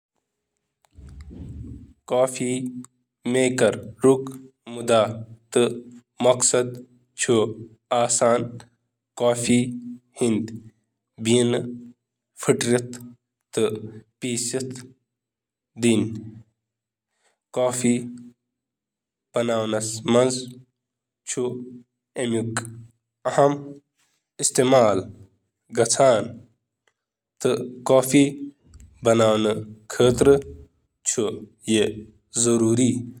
کافی بناوَن وٲلۍ سُنٛد مقصد چھُ کافی بناوُن۔ کافی بناون وٲلہِ چھِ کافی مٲدانو منٛزٕ گرم آب منتقل کرنہٕ خٲطرٕ کشش ثقل یا دباوُک استعمال کران۔